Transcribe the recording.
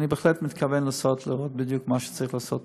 אני בהחלט מתכוון לעשות בדיוק מה שצריך לעשות.